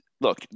Look